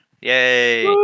Yay